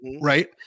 right